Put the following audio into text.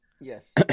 Yes